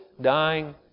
dying